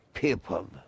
people